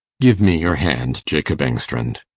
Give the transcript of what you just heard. give me your hand, jacob engstrand.